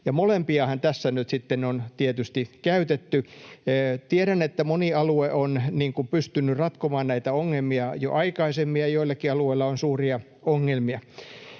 molempiahan tässä on tietysti käytetty. Tiedän, että moni alue on pystynyt ratkomaan näitä ongelmia jo aikaisemmin ja joillakin alueilla on suuria ongelmia.